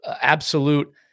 absolute